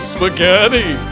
Spaghetti